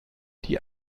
die